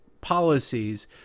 policies